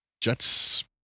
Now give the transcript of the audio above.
Jets